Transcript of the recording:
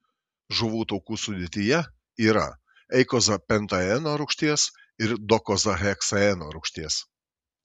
žuvų taukų sudėtyje yra eikozapentaeno rūgšties ir dokozaheksaeno rūgšties